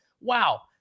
wow